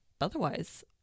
Otherwise